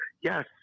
yes